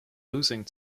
losing